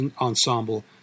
ensemble